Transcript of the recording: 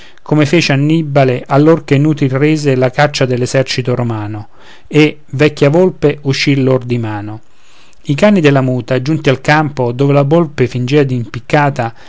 come fece annibale allor che inutil rese la caccia dell'esercito romano e vecchia volpe uscì loro di mano i cani della muta giunti al campo dove la volpe finge l'impiccata